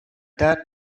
that